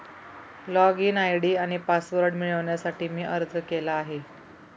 login ID आणि password मिळवण्यासाठी मी अर्ज केला आहे